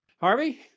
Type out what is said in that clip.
Harvey